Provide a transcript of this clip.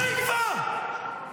די כבר.